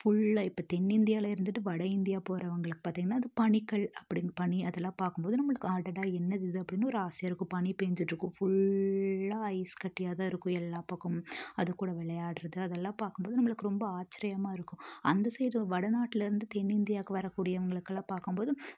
ஃபுல்லா இப்போ தென்னிந்தியாவில இருந்துட்டு வட இந்தியா போறவங்குளுக்கு பார்த்திங்கன்னா அது பனிகள் அப்படின்னு பனி அதெல்லாம் பார்க்கும்போது நம்மளுக்கு அடடா என்னதிது அப்படின்னு ஒரு ஆசையாயிருக்கும் பனி பேஞ்சிட்டிருக்கும் ஃபுல்லா ஐஸ் கட்டியாகதான் இருக்கும் எல்லா பக்கமும் அது கூட விளையாட்றது அதெல்லாம் பார்க்கும்போது நம்மளுக்கு ரொம்ப ஆச்சிரியமாயிருக்கும் அந்த சைட் வட நாட்டிலருந்து தென்னிந்தியாவுக்கு வரக்கூடியவங்களுக்குளான் பாக்கும்போது